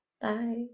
Bye